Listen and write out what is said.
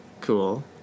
Cool